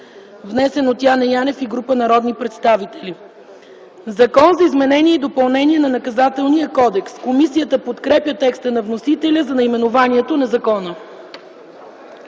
внесен от Яне Янев и група народни представители. „Закон за изменение и допълнение на Наказателния кодекс”. Комисията подкрепя текста на вносителя за наименованието на закона.